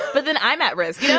but then i'm at risk, yeah